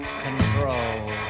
control